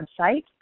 website